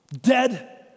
dead